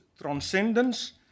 transcendence